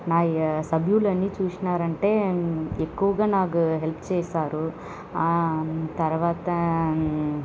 నా ఈ సభ్యులు చూసినారంటే ఎక్కువగా నాకు హెల్ప్ చేస్తారు తర్వాత